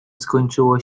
skończyło